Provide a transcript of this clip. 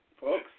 folks